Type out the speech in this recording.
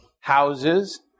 houses